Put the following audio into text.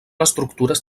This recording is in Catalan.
estructures